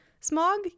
Smog